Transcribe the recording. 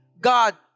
God